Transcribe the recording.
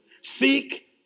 Seek